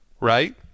right